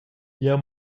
jeu